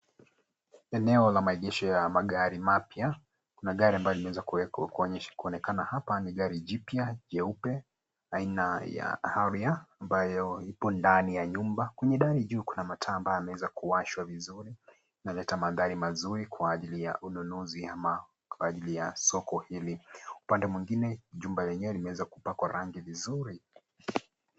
Ni eneo la maonyesho ya magari mapya. Kuna gari ambalo limeweza kuonekana hapa. Ni gari jipya, jeupe, aina ya Harrier, ambayo ipo ndani ya nyumba. Kwenye dari juu kuna mataa ambayo yamewaza kuwashwa vizuri. Inaleta magari mazuri kwa ajili ya ununuzi ama kwa ajili ya soko hili. Upande mwingine, jumba lenyewe limeweza kupakwa rangi vizuri.